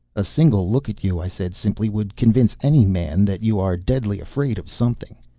a single look at you, i said simply, would convince any man that you are deadly afraid of something.